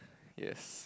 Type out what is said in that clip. yes